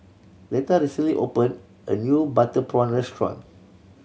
Letta recently opened a new butter prawn restaurant